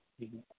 जी